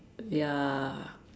ya